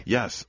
Yes